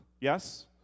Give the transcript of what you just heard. yes